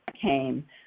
came